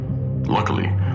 luckily